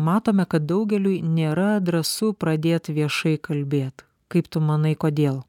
matome kad daugeliui nėra drąsu pradėt viešai kalbėt kaip tu manai kodėl